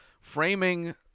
framing